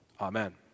Amen